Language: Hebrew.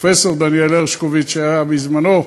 פרופסור דניאל הרשקוביץ, שהיה בזמנו,